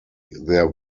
there